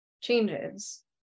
changes